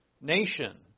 nation